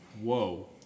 whoa